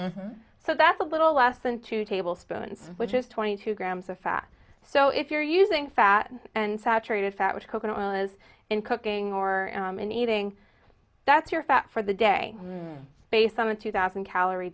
so that's a little less than two tablespoons which is twenty two grams of fat so if you're using fat and saturated fat which coconut oil is in cooking or in eating that's your fat for the day based on a two thousand calorie